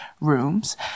rooms